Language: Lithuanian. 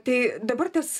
tai dabar tas